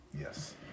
Yes